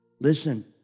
Listen